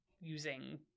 using